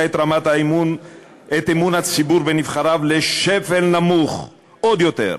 את אמון הציבור בנבחריו לשפל נמוך עוד יותר.